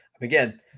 again